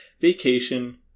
Vacation